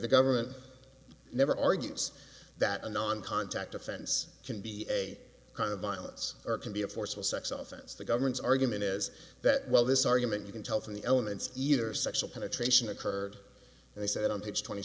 the government never argues that a non contact offense can be a kind of violence or can be a forcible sex offense the government's argument is that well this argument you can tell from the elements either sexual penetration occurred they said on page twenty